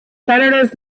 senators